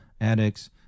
addicts